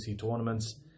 tournaments